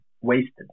wasted